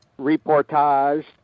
reportage